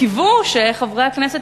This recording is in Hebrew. תודה לחברת הכנסת